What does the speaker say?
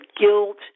guilt